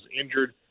injured